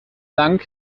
lang